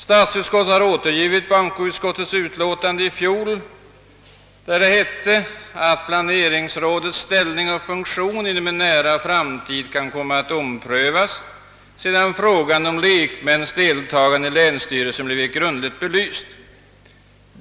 Statsutskottet har återgivit den passus i bankoutskottets utlåtande där det hette att planeringsrådets ställning och funktion inom en nära framtid kan komma att omprövas, sedan frågan om lekmäns deltagande i länsstyrelsen blivit grundligt belyst.